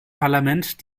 parlament